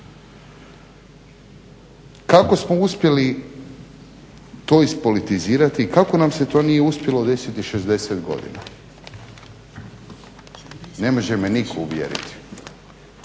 Kako smo uspjeli to ispolitizirati i kako nam se to nije uspjelo desiti 60 godina. Ne može me nitko uvjeriti